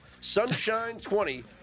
Sunshine20